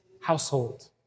household